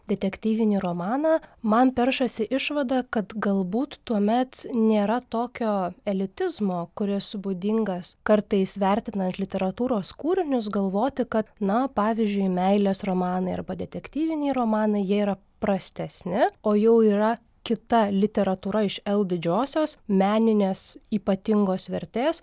detektyvinį romaną man peršasi išvada kad galbūt tuomet nėra tokio elitizmo kuris būdingas kartais vertinant literatūros kūrinius galvoti kad na pavyzdžiui meilės romanai arba detektyviniai romanai jie yra prastesni o jau yra kita literatūra iš el didžiosios meninės ypatingos vertės